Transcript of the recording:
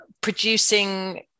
producing